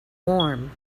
warm